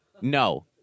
No